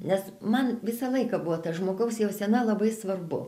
nes man visą laiką buvo ta žmogaus jausena labai svarbu